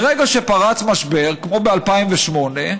ברגע שפרץ משבר כמו ב-2008,